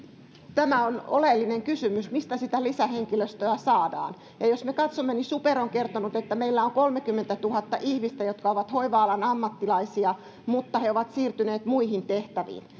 tämä on oleellinen kysymys että mistä sitä lisähenkilöstöä saadaan jos me katsomme niin super on on kertonut että meillä on kolmekymmentätuhatta ihmistä jotka ovat hoiva alan ammattilaisia mutta ovat siirtyneet muihin tehtäviin